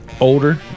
older